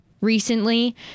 recently